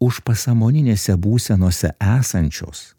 už pasąmoninėse būsenose esančios